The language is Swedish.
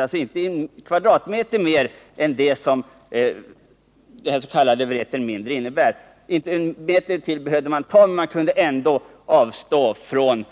Man behövde inte ta en kvadratmeter mer än vad det s.k. Vreten mindre innebär, och ändå lösa kommunens planeringsproblem. Kommunen säger att